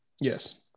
Yes